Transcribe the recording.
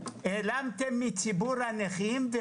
כאב -- מר דורון, אני רוצה לומר לך ככה: א',